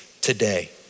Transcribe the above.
today